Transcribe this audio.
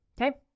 okay